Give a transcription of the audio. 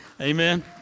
Amen